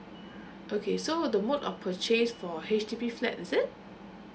okay so the mode of purchase for H_D_B flat is it